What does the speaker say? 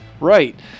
Right